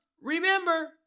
Remember